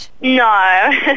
No